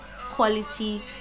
quality